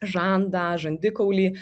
žandą žandikaulį